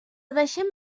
deixem